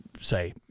say